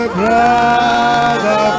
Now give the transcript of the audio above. brother